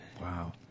Wow